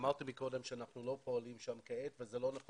אמרתי קודם שאנחנו לא פועלים שם כעת וזה לא בדיוק